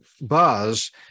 buzz